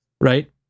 Right